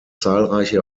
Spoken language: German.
zahlreiche